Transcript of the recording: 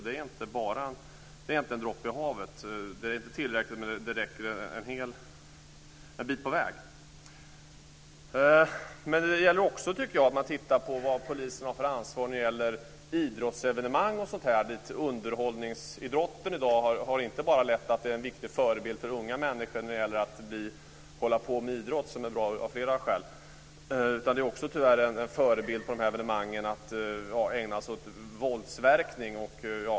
Det är inte en droppe i havet. Det är inte tillräckligt, men det är en bit på väg. Men det gäller också, tycker jag, att titta närmare på vilket ansvar polisen har när det gäller idrottsevenemang och sådant. Underhållningsidrotten är i dag inte bara en viktig förebild för unga människor när det gäller att hålla på med idrott, som är bra av flera skäl. De här evenemangen är tyvärr också en förebild när det gäller att ägna sig åt våldsverkan.